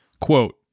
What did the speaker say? Quote